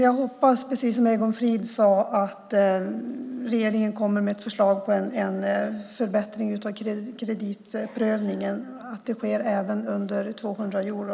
Jag hoppas, precis som Egon Frid, att regeringen kommer med ett förslag på en förbättring av kreditprövningen så att det sker även på lån under 200 euro.